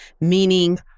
Meaning